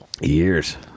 Years